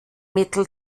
mittel